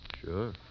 Sure